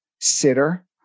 sitter